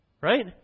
Right